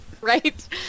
Right